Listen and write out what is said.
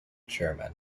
chairman